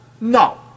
No